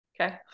okay